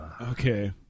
Okay